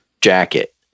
jacket